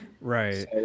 right